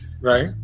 Right